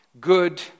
good